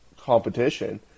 competition